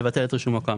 לבטל את רישומו כאמור.